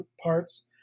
parts